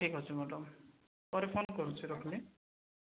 ଠିକ୍ ଅଛି ମ୍ୟାଡ଼ାମ୍ ପରେ ଫୋନ୍ କରୁଛି ରଖିଲି